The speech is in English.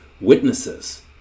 witnesses